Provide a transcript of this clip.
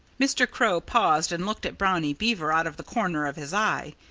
mr. crow paused and looked at brownie beaver out of the corner of his eye.